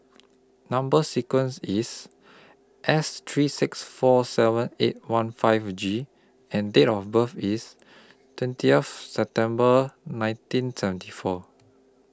Number sequence IS S three six four seven eight one five G and Date of birth IS twentieth September nineteen seventy four